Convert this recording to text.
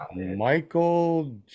Michael